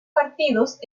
partidos